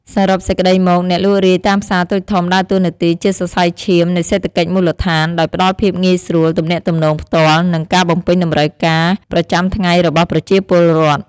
សរុបសេចក្តីមក អ្នកលក់រាយតាមផ្សារតូចធំដើរតួនាទីជាសរសៃឈាមនៃសេដ្ឋកិច្ចមូលដ្ឋាន ដោយផ្តល់ភាពងាយស្រួល ទំនាក់ទំនងផ្ទាល់ និងការបំពេញតម្រូវការប្រចាំថ្ងៃរបស់ប្រជាពលរដ្ឋ។